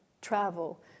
travel